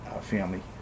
family